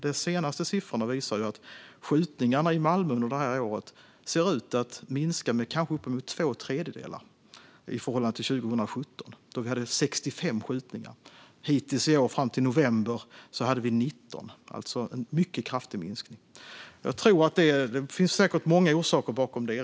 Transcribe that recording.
De senaste siffrorna visar att skjutningarna i Malmö under detta år ser ut att minska med kanske uppemot två tredjedelar i förhållande till 2017, då vi hade 65 skjutningar. Hittills i år, fram till november, har vi haft 19 - alltså en mycket kraftig minskning. Det finns säkert många orsaker bakom det.